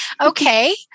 Okay